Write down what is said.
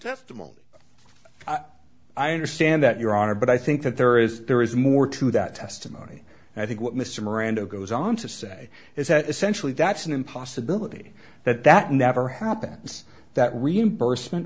testimony i understand that your honor but i think that there is there is more to that testimony and i think what mr miranda goes on to say is that essentially that's an impossibility that that never happens that reimbursement